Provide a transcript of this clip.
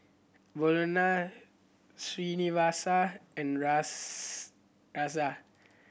Bellur Srinivasa and Razia